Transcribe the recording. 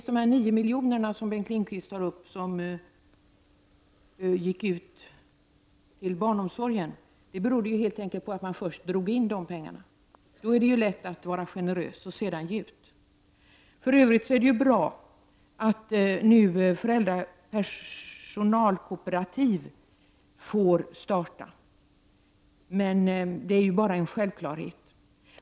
När det gäller de här 9 miljonerna som Bengt Lindqvist talar om och som gick till barnomsorgen var det helt enkelt så, att man först drog in de pengarna. Då är det lätt att sedan vara generös och ge ut. För övrigt är det ju bra att nu personalkooperativ får starta. Men det är bara en självklarhet.